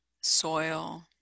soil